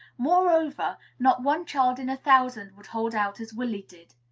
moreover, not one child in a thousand would hold out as willy did.